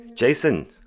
Jason